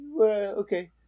okay